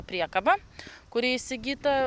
priekaba kuri įsigyta